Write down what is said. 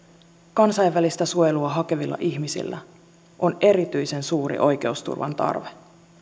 kansainvälistä suojelua hakevilla ihmisillä on erityisen suuri oikeusturvan tarve